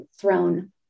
thrown